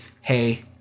hey